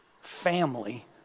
family